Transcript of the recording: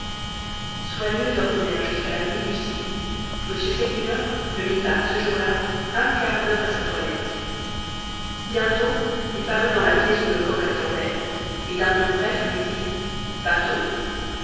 soigneux d'ordinaire jusqu'à la minutie m segmuller ne mit pas ce jour-là un quart d'heure à sa toilette bientôt il parut dans la pièce où lecoq attendait et d'un ton bref lui dit partons